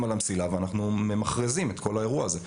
על המסילה וממכרזים את כל האירוע הזה.